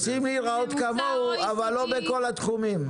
רוצים להראות כמוה אבל לא בכל התחומים.